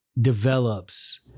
develops